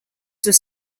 was